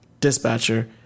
Dispatcher